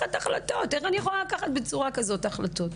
איך אני יכולה לקחת בצורה כזאת החלטות?